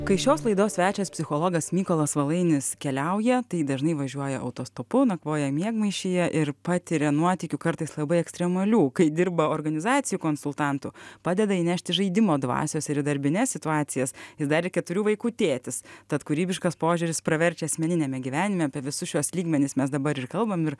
kai šios laidos svečias psichologas mykolas valainis keliauja tai dažnai važiuoja autostopu nakvoja miegmaišyje ir patiria nuotykių kartais labai ekstremalių kai dirba organizacijų konsultantu padeda įnešti žaidimo dvasios ir į darbines situacijas jis dar ir keturių vaikų tėtis tad kūrybiškas požiūris praverčia asmeniniame gyvenime apie visus šiuos lygmenis mes dabar ir kalbam ir